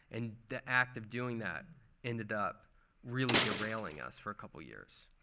and the act of doing that ended up really derailing us for a couple of years.